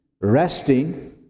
resting